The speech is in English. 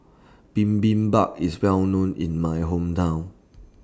Bibimbap IS Well known in My Hometown